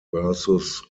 versus